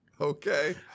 Okay